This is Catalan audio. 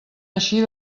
eixir